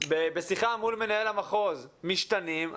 בשיחה מול מנהל המחוז משתנים,